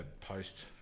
post